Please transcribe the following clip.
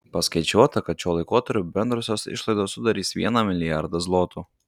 paskaičiuota kad šiuo laikotarpiu bendrosios išlaidos sudarys vieną milijardą zlotų